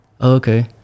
okay